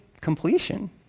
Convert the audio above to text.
completion